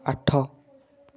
ଆଠ